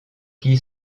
qui